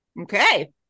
Okay